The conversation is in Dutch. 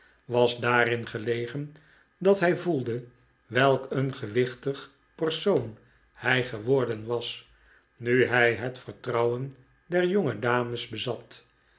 was daarin gelegen dat hij voelde welk een gewichtig persoon hij geworden was nu hij het vertrouwen der jongedames bezat